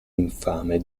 infame